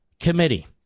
committee